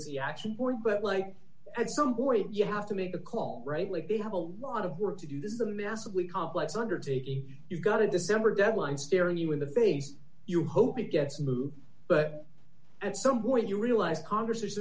you actually point but like at some point you have to make a call rightly be have a lot of work to do this is a massively complex undertaking you've got to december deadline staring you in the face you hope it gets moved but at some point you realize congress